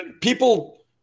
people –